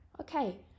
Okay